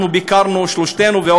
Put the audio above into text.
אנחנו ביקרנו שלושתנו,